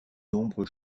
nombreux